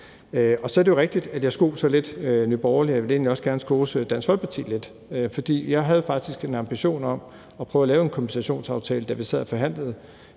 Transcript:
Så er det jo rigtigt, at jeg lidt skoser Nye Borgerlige, og jeg vil egentlig også gerne skose Dansk Folkeparti lidt, for jeg havde faktisk en ambition om at prøve at lave en kompensationsaftale, da vi sad og forhandlede